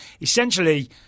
essentially